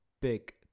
big